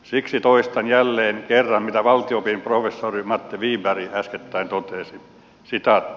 siksi toistan jälleen kerran mitä valtio opin professori matti wiberg äskettäin totesi